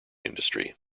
industry